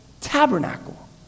tabernacle